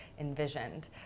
envisioned